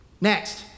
Next